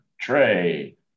Trey